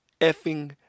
effing